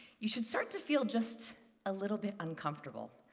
you should start to feel just a little bit uncomfortable.